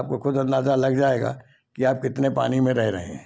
आपको खुद अंदाजा लग जाएगा कि आप कितने पानी में रह रहे हैं